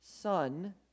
Son